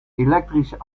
elektrische